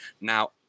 Now